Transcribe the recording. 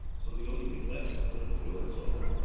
so the only thing left is for them to do it so,